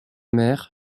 mer